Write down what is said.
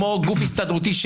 כשהיינו קטנים בבית הספר היסודי,